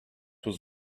was